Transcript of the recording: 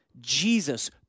Jesus